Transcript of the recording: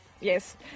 Yes